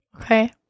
Okay